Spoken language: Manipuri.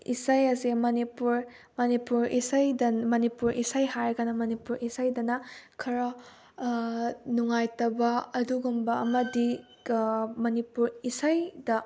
ꯏꯁꯩ ꯑꯁꯦ ꯃꯅꯤꯄꯨꯔ ꯃꯅꯤꯄꯨꯔ ꯏꯁꯩꯗ ꯃꯅꯤꯄꯨꯔ ꯏꯁꯩ ꯍꯥꯏꯔꯒꯅ ꯃꯅꯤꯄꯨꯔ ꯏꯁꯩꯗꯅ ꯈꯔ ꯅꯨꯡꯉꯥꯏꯇꯕ ꯑꯗꯨꯒꯨꯝꯕ ꯑꯃꯗꯤ ꯃꯅꯤꯄꯨꯔ ꯏꯁꯩꯗ